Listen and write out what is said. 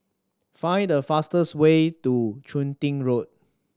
find the fastest way to Chun Tin Road